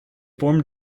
formed